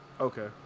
Okay